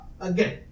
again